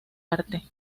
arte